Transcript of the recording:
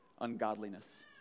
ungodliness